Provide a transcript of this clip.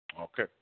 Okay